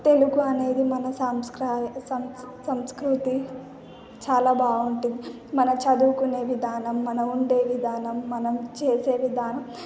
తెలుగు అనేది మన సంస్క్ర సంస్ సంస్కృతి చాలా బాగుంటుంది మనం చదువుకునే విధానం మనం ఉండే విధానం మనం చేసే విధానం